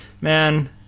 man